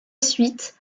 suite